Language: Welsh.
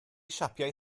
siapau